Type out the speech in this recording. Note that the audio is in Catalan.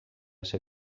ser